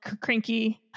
Cranky